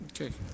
Okay